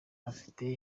afite